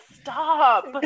stop